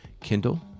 Kindle